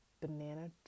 banana